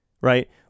right